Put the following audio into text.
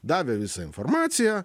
davė visą informaciją